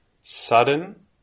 Sudden